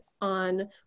on